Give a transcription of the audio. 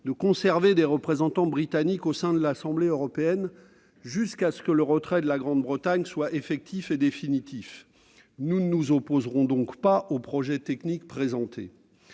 à conserver des représentants britanniques au sein de l'assemblée européenne jusqu'à ce que le retrait du Royaume-Uni soit effectif et définitif. Nous ne nous opposerons donc pas au projet technique présenté.